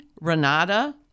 Renata